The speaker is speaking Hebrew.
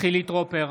חילי טרופר,